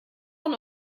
von